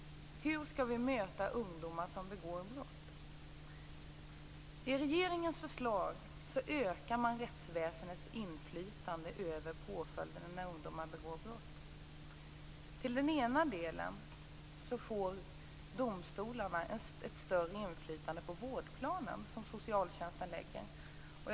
Hur skall vi då möta ungdomar som begår brott? Enligt regeringens förslag utökas rättsväsendets inflytande över påföljderna när ungdomar begår brott. Till en del får domstolarna ett större inflytande över den vårdplan som socialtjänsten lägger fast.